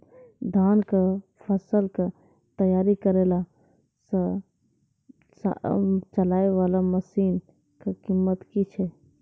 धान कऽ फसल कऽ तैयारी करेला हाथ सऽ चलाय वाला मसीन कऽ कीमत की छै?